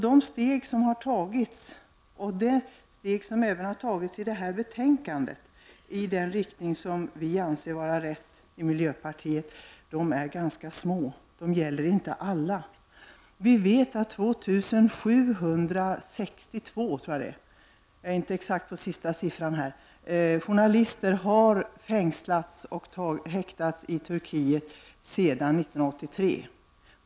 De steg som har tagits i detta sammahang, och även de steg som i det här betänkandet tas i den riktning som vi inom miljöpartiet anser vara den rätta, är ganska små. Och de gäller inte alla. Vi vet att ett stort antal — jag tror att det är 2 762, jag är inte exakt säker — journalister har fängslats och häktats i Turkiet sedan 1983.